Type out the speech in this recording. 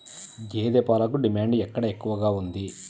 గేదె పాలకు డిమాండ్ ఎక్కడ ఎక్కువగా ఉంది?